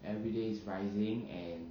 everyday is rising and